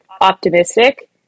optimistic